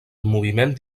moviment